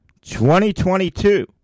2022